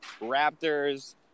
Raptors